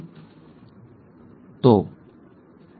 તેથી તે પ્રારંભિક બિંદુ તરીકે આરએનએના આ નાના ખેંચાણનું સંશ્લેષણ કરે છે